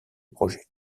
projet